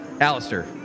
Alistair